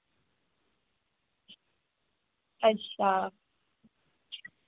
अच्छा